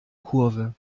kurve